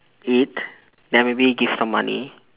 eat then maybe give some money